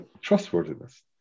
trustworthiness